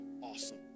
awesome